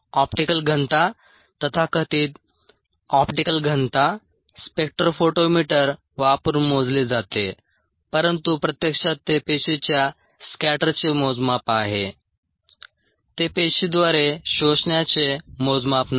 optical घनता तथाकथित optical घनता स्पेक्ट्रोफोटोमीटर वापरून मोजली जाते परंतु प्रत्यक्षात ते पेशीच्या स्कॅटरचे मोजमाप आहे ते पेशीद्वारे शोषण्याचे मोजमाप नाही